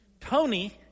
Tony